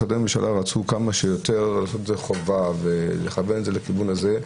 כמה משרדי ממשלה רצו כמה שיותר לחובה ולכוון לכיוון הזה.